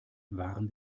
waren